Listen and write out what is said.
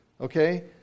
okay